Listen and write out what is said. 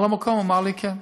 על המקום הוא אמר לי: כן.